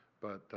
but,